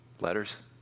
letters